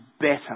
better